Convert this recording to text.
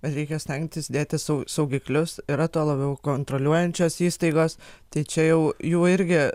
bet reikia stengtis dėti sau saugiklius yra tuo labiau kontroliuojančios įstaigos tai čia jau jų irgi